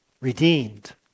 redeemed